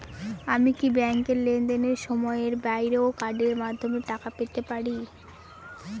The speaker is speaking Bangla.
আমি কি ব্যাংকের লেনদেনের সময়ের বাইরেও কার্ডের মাধ্যমে টাকা পেতে পারি?